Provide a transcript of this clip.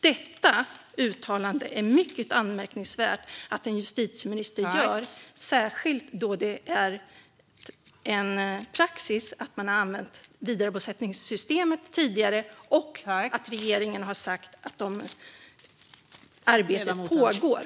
Det är mycket anmärkningsvärt att en justitieminister gör detta uttalande, särskilt då det har varit praxis att använda vidarebosättningssystemet och regeringen också har sagt att arbete pågår. Regeringens ansvar för förvaltningen m.m.